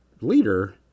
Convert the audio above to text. leader